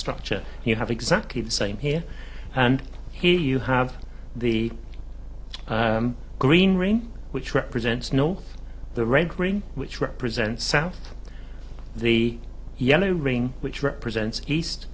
structure you have exactly the same here and here you have the green rain which represents no the red green which represents south the yellow ring which represents east